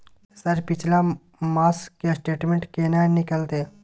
Sir पिछला मास के स्टेटमेंट केना निकलते?